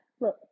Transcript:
look